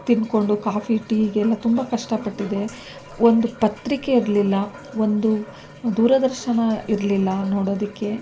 ತಿಂದ್ಕೊಂಡು ಕಾಫಿ ಟೀಗೆ ಎಲ್ಲ ತುಂಬ ಕಷ್ಟ ಪಟ್ಟಿದ್ದೆ ಒಂದು ಪತ್ರಿಕೆ ಇರಲಿಲ್ಲ ಒಂದು ದೂರದರ್ಶನ ಇರಲಿಲ್ಲ ನೋಡೋದಕ್ಕೆ